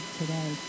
today